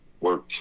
work